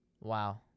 Wow